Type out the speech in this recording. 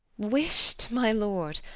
wish'd, my lord!